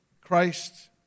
Christ